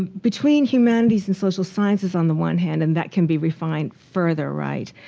between humanities and social sciences on the one hand and that can be refined further, right?